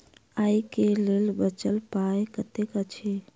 आइ केँ लेल बचल पाय कतेक अछि?